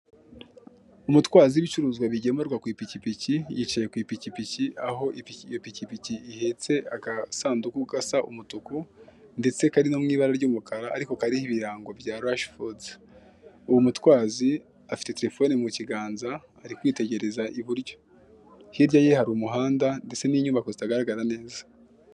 Umutwazi w'ibicuruzwa bigemurwa ku ipikipiki yicaye ku ipikipiki, aho iyo pikipiki ihetse agasanduku gasa umutuku ndetse kari no mu ibara ry'umukara ariko kariho ibirango bya Rush foods, uwo mutwazi afite terefone mu kiganza ari kwitegereza iburyo, hirya ye hari umuhanda ndetse n'inyubako zitagaragara neza.